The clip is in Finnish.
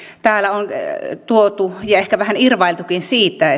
täällä on ehkä vähän irvailtukin siitä